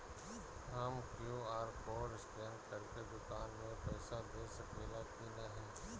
हम QR code scan करके दुकान में पईसा दे सकेला की नाहीं?